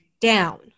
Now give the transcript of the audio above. down